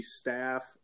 staff